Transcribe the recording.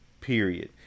Period